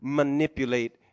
manipulate